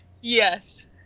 Yes